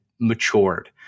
matured